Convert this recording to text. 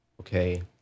Okay